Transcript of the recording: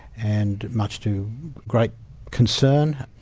and much to great concern,